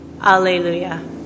Alleluia